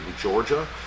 Georgia